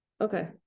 Okay